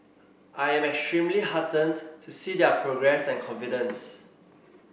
I am extremely heartened to see their progress and confidence